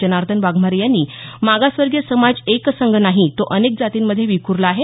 जर्नादन वाघमारे यांनी मागासवर्गीय समाज एकसंघ नाही तो अनेक जातींमध्ये विख्रला आहे